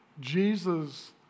Jesus